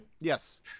Yes